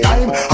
time